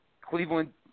Cleveland